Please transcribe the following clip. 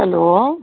hello